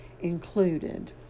included